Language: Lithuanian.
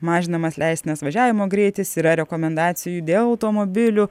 mažinamas leistinas važiavimo greitis yra rekomendacijų dėl automobilių